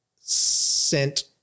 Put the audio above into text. sent